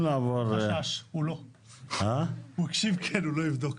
הוא הקשיב אבל הוא לא יבדוק.